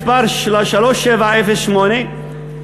מס' 3708,